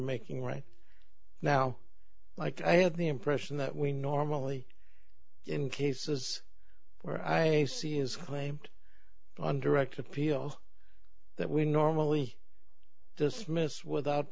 making right now like i have the impression that we normally in cases where i see is claimed on direct appeal that we normally dismissed without